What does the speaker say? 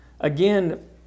Again